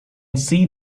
see